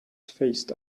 faced